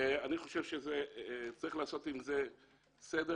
אני חושב שצריך לעשות בזה סדר,